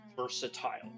versatile